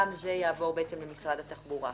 גם זה יעבור למשרד התחבורה.